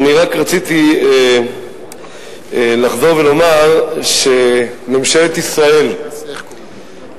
רק רציתי לחזור ולומר שממשלת ישראל הנוכחית,